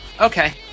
okay